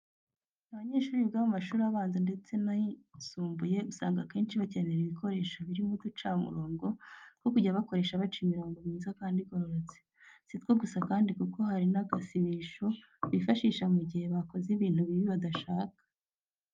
Abanyeshyuri biga mu mashuri abanza ndetse n'ayisumbuye usanga akenshi bakenera ibikoresho birimo uducamurongo two kujya bakoresha baca imirongo myiza kandi igororotse. Si two gusa kandi kuko hari n'agasibisho bifashisha mu gihe bakoze ibintu bibi badashika.